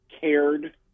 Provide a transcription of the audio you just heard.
cared